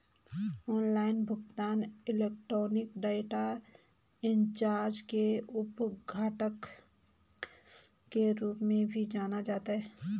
online भुगतान electronic data interchange के उप घटक के रूप में भी जाना जाता है